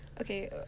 Okay